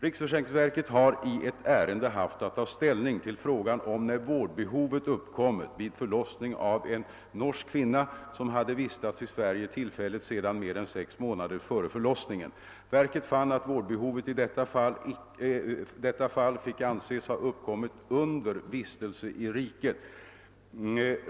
Riksförsäkringsverket har i ett ärende haft att ta ställning till frågan om när vårdbehovet uppkommit vid förlossning av en norsk kvinna som hade vistats i Sverige tillfälligt sedan mer än sex månader före förlossningen. Verket fann att vårdbehovet i detta fall fick anses ha uppkommit under vistelse i riket.